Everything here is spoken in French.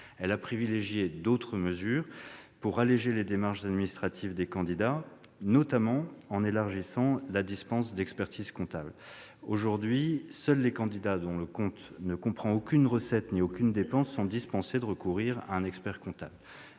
Elle a privilégié d'autres mesures pour alléger les démarches administratives des candidats, notamment en élargissant la dispense d'expertise comptable. Aujourd'hui, seuls les candidats dont le compte ne comprend aucune recette ni dépense sont dispensés de recourir à un expert-comptable.